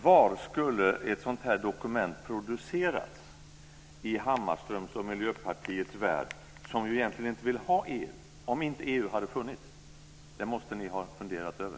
Var skulle ett sådant här dokument ha producerats i Hammarströms och Miljöpartiets värld - de vill ju egentligen inte ha EU - om inte EU hade funnits? Det måste ni ha funderat över.